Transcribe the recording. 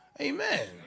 Amen